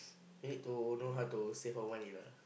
we need to know how to save our money lah